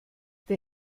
der